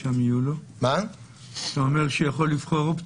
אתה אומר שהוא יכול לבחור אופציות.